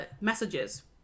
messages